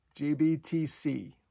GBTC